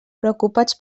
preocupats